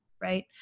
right